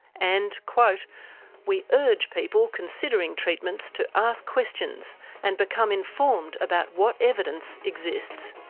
and, quote we urge people considering treatments to ask questions and become informed about what evidence exists.